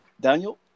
Daniel